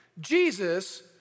Jesus